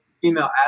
female